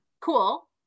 cool